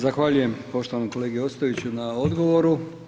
Zahvaljujem poštovanom kolegi Ostojiću na odgovoru.